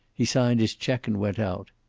he signed his check, and went out.